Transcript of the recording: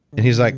and he's like